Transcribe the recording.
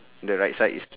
the right side is